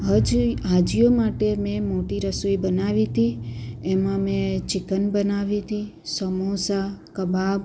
હજ હાજીઓ માટે મેં મોટી રસોઈ બનાવી હતી એમાં મેં ચિકન બનાવી હતી સમોસા કબાબ